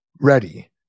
ready